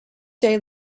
day